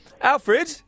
Alfred